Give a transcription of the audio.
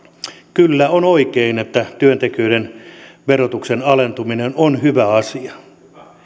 kyllä on oikein että työntekijöiden verotuksen alentuminen on hyvä asia